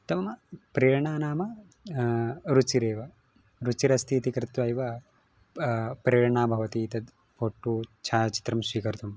नाम प्रेरणा नाम रुचिरेव रुचिरस्ति इति कृत्वा एव प्रेरणा भवति तद् फ़ोटो छायाचित्रं स्वीकर्तुं